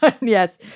Yes